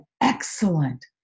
excellent